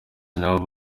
nabo